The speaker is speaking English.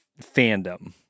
fandom